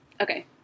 Okay